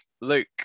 Luke